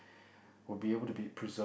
will be able to be preserved